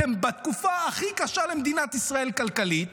אתם בתקופה הכי קשה למדינת ישראל, כלכלית.